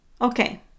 okay